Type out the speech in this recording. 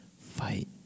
fight